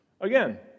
Again